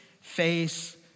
face